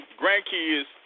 grandkids